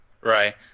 Right